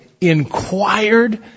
inquired